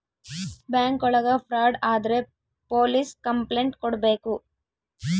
bank ಒಳಗ fraud ಆದ್ರೆ police complaint ಕೊಡ್ಬೇಕು